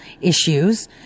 issues